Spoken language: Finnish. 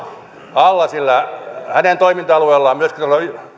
alla sillä hän on toiminta alueellaan myöskin